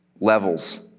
levels